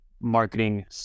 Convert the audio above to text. marketing